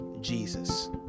Jesus